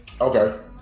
Okay